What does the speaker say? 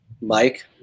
Mike